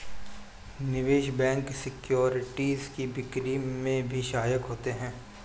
निवेश bank securities की बिक्री में भी सहायक होते हैं